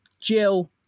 Jill